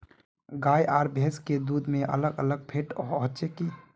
गाय आर भैंस के दूध में अलग अलग फेट होचे की?